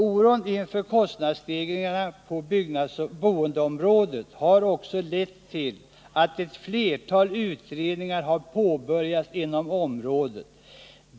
Oron inför kostnadsstegringarna på boendeområdet har också lett till att ett flertal utredningar har påbörjats inom området.